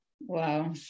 wow